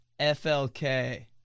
FLK